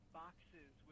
boxes